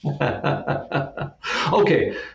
Okay